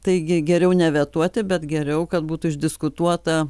taigi geriau nevetuoti bet geriau kad būtų išdiskutuota